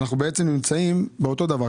אנחנו בעצם נמצאים אותו דבר.